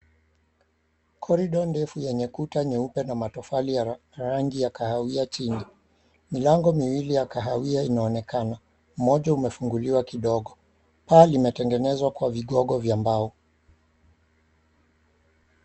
Corridor ndefu yenye kuta nyeupe na matofali ya rangi ya kahawia chini. Milango miwili ya kahawia inaonekana, mmoja umefunguliwa kidogo. Paa limetengenezwa kwa vigogo vya mbao.